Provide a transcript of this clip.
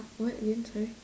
what again sorry